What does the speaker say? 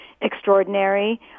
extraordinary